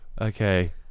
okay